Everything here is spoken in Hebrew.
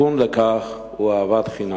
והתיקון לכך הוא אהבת חינם.